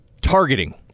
Targeting